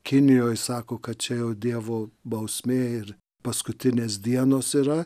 kinijoje sako kad čia jau dievo bausmė ir paskutinės dienos yra